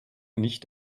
nicht